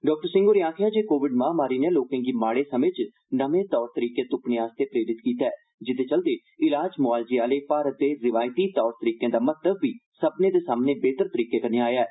doctor Singh होरें आखेआ ऐ जे कोविड महामारी नै लोकें गी माड़े समें च नमें तौर तरीके तुप्पने लेई प्रेरित कीता ऐ जेहदे चलदे इलाज मुआलजे आहले भारत दे रिवायती तौर तरीकें दा महत्व बी सब्भनें दे सामने बेहतर तरीके कन्नै आया ऐ